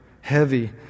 heavy